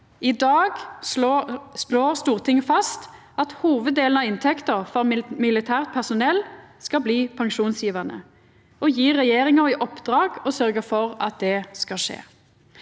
I dag slår Stortinget fast at hovuddelen av inntektene for militært personell skal bli pensjonsgjevande, og gjev regjeringa i oppdrag å sørgja for at det skal skje.